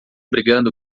brigando